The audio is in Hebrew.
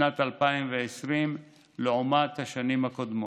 בשנת 2020 לעומת השנים הקודמות.